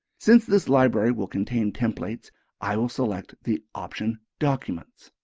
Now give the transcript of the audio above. since this library will contain templates i will select the option documents.